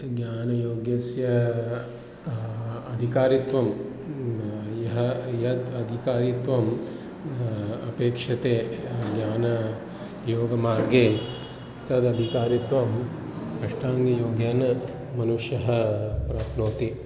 ज्ञानयोगस्य अधिकारित्वं यः यत् अधिकारित्वम् अपेक्ष्यते ज्ञान योगमार्गे तदधिकारित्वम् अष्टाङ्गयोगेन मनुष्यः प्राप्नोति